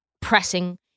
pressing